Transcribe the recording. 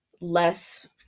less